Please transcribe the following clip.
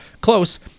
close